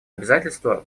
обязательство